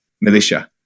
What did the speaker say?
militia